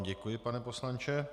Děkuji vám, pane poslanče.